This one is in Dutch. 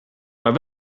maar